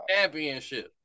Championship